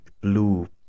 blue